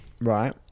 Right